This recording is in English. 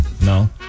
No